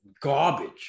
garbage